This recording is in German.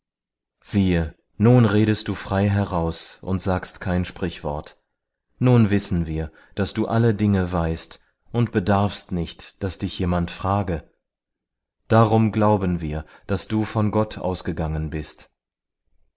siehe nun redest du frei heraus und sagst kein sprichwort nun wissen wir daß du alle dinge weißt und bedarfst nicht daß dich jemand frage darum glauben wir daß du von gott ausgegangen bist